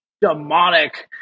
demonic